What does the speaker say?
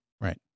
Right